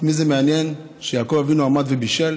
את מי זה מעניין שיעקב אבינו עמד ובישל?